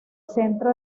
centro